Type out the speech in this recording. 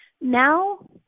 now